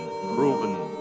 proven